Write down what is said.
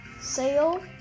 sale